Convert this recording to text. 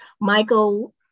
Michael